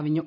കവിഞ്ഞു